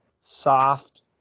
soft